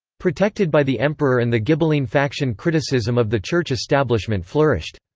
protected by the emperor and the ghibelline faction criticism of the church establishment flourished.